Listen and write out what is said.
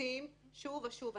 נוגסים שוב ושוב.